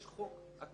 יש חוק הקרינה.